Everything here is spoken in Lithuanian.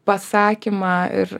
pasakymą ir